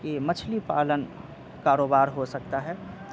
کہ مچھلی پالن کاروبار ہو سکتا ہے